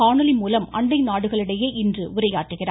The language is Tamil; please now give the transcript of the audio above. காணொலி மூலம் அண்டை நாடுகளிடையே இன்று உரையாற்றுகிறார்